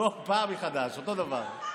חברים,